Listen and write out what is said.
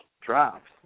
drops